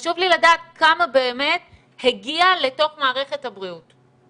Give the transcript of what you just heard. חשוב לי לדעת כמה באמת הגיע לתוך מערכת הבריאות.